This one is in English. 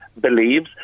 believes